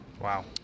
Wow